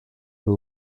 who